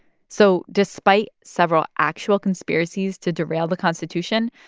so despite several actual conspiracies to derail the constitution,